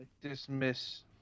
Dismiss